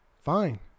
Fine